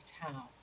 town